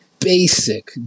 basic